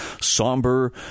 somber